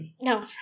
No